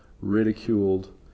ridiculed